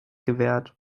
gewährt